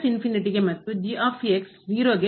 ಆದ್ದರಿಂದ ಇದು ಗೆ ಮತ್ತು ಗೆ ಹೋಗುತ್ತದೆ